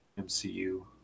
MCU